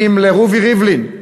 רובי ריבלין,